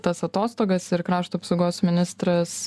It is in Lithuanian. tas atostogas ir krašto apsaugos ministras